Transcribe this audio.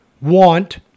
want